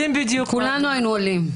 כולנו היינו עולים.